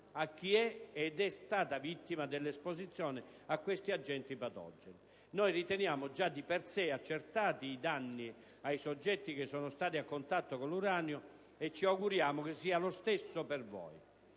a chi è stato ed è vittima dell'esposizione a questi agenti patogeni. Noi riteniamo già di per sé accertati i danni ai soggetti che sono stati a contatto con l'uranio e ci auguriamo che sia lo stesso per voi.